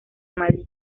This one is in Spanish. malí